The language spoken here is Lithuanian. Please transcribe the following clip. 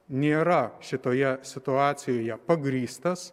nėra šitoje situacijoje pagrįstas